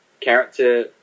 character